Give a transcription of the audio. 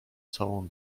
całą